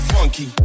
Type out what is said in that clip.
Funky